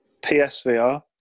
PSVR